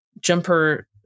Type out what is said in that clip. jumper